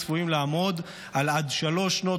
והם יהיו צפויים לעמוד על עד שלוש שנות